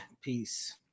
peace